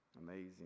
Amazing